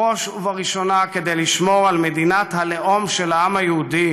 בראש ובראשונה כדי לשמור על מדינת הלאום של העם היהודי,